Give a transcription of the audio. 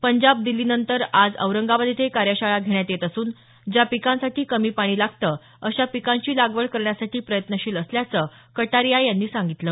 पंजाब दिल्लीनंतर आज औरंगाबाद इथं ही कार्यशाळा घेण्यात येत असून ज्या पिकांसाठी कमी पाणी लागतं अशा पिकांची लागवड करण्यासाठी प्रयत्नशील असल्याचं कटारीया यांनी सांगितलं